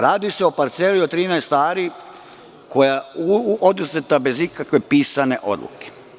Radi se o parceli od 13 ari koja je oduzeta bez ikakve pisane odluke.